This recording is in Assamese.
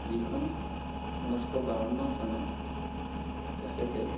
যিখন ঊনৈছশ বাৱন্ন চনত তেখেতে